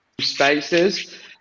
spaces